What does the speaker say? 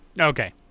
okay